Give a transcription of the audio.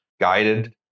guided